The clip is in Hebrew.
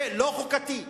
זה לא חוקתי.